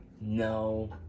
No